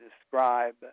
describe